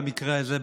במקרה הזה,